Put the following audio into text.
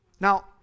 Now